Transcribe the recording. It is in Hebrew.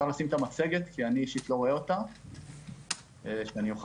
לא צריך